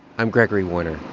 i'm gregory warner.